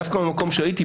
דווקא במקום שהייתי,